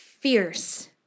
fierce